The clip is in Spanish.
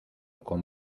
con